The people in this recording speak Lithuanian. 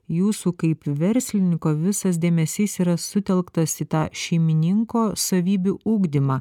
jūsų kaip verslininko visas dėmesys yra sutelktas į tą šeimininko savybių ugdymą